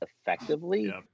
effectively